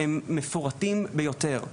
הם מפורטים ביותר.